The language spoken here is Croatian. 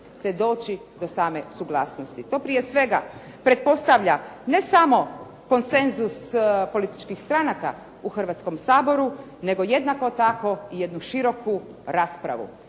se doći do same suglasnosti. To prije svega pretpostavlja ne samo konsenzus političkih stranaka u Hrvatskom saboru, nego jednako tako i jednu široku raspravu.